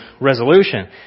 resolution